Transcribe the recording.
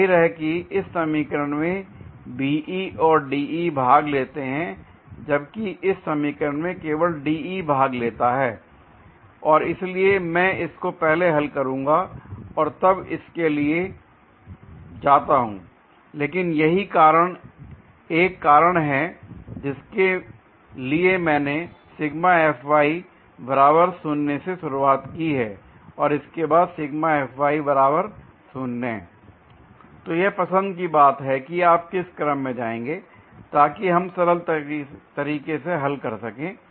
जाहिर है कि इस समीकरण में BE और DE भाग लेते हैं जबकि इस समीकरण में केवल DE भाग लेता है और इसलिए मैं इसको पहले हल करूंगा और तब इसके लिए जाता हूं l लेकिन यही एक कारण है जिसके लिए मैंने से शुरुआत की है और इसके बाद l तो यह पसंद की बात है कि आप किस क्रम में जाएंगे ताकि हम सरल तरीके से हल कर सकें